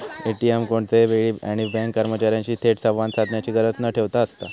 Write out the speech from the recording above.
ATM कोणत्याही वेळी आणि बँक कर्मचार्यांशी थेट संवाद साधण्याची गरज न ठेवता असता